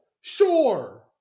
Sure